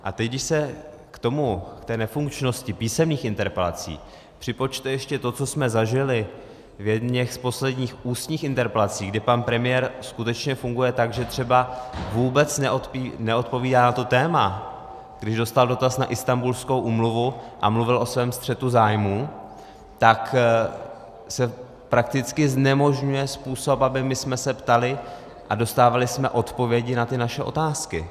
A teď když se k té nefunkčnosti písemných interpelací připočte ještě to, co jsme zažili v jedněch z posledních ústních interpelací, kdy pan premiér skutečně funguje tak, že třeba vůbec neodpovídá na to téma když dostal dotaz na Istanbulskou úmluvu a mluvil o svém střetu zájmů , tak se prakticky znemožňuje způsob, abychom se my ptali a dostávali jsme odpovědi na naše otázky.